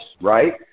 right